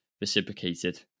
reciprocated